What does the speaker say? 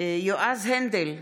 יועז הנדל,